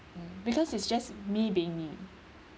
hmm because it's just me being me